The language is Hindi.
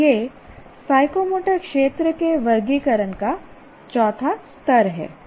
तो यह साइकोमोटर क्षेत्र के वर्गीकरण का चौथा स्तर है